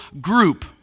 group